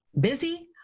busy